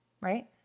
Right